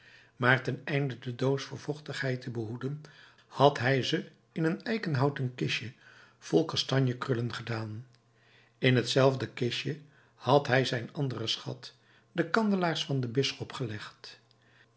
maar ten einde de doos voor vochtigheid te behoeden had hij ze in een eikenhouten kistje vol kastanjekrullen gedaan in hetzelfde kistje had hij zijn anderen schat de kandelaars van den bisschop gelegd